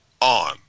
on